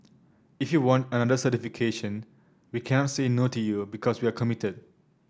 if you want another certification we can't say no to you because we're committed